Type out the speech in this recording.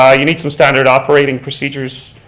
ah you need some standard operating procedures.